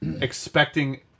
expecting